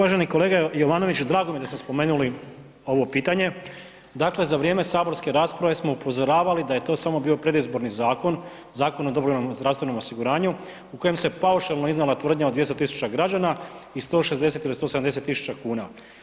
Uvaženi kolega Jovanović, drago mi je da ste spomenuli ovo pitanje, dakle za vrijeme saborske rasprave smo upozoravali da je to samo bio predizborni zakon, Zakon o dobrovoljnom zdravstvenom osiguranju u kojem se paušalno iznijela tvrdnja o 200 000 građana i 160 ili 170 000 kuna.